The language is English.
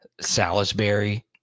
Salisbury